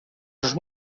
sus